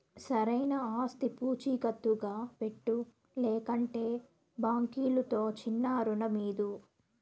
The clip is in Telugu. సరైన ఆస్తి పూచీకత్తుగా పెట్టు, లేకంటే బాంకీలుతో చిన్నా రుణమీదు